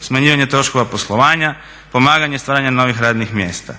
smanjivanje troškova poslovanja, pomaganje stvaranja novih radnih mjesta.